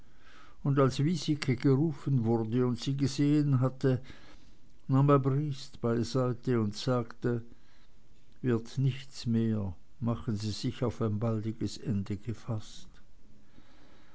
und als wiesike gerufen wurde und sie gesehen hatte nahm er briest beiseite und sagte wird nichts mehr machen sie sich auf ein baldiges ende gefaßt